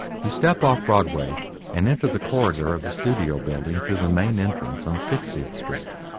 you step off broadway and enter the corridor of the studio building through the main entrance on sixtieth street,